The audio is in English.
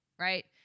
Right